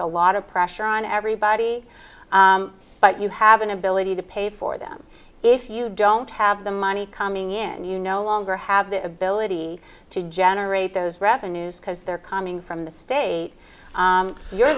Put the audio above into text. a lot of pressure on everybody but you have an ability to pay for them if you don't have the money coming in and you no longer have the ability to generate those revenues because they're coming from the state you're